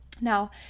Now